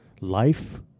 life